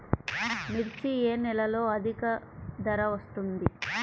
మిర్చి ఏ నెలలో అధిక ధర వస్తుంది?